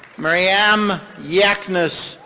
mariam yakhnis,